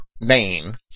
name